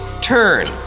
turn